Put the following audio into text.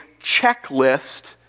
checklist